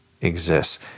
exists